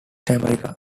america